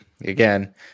again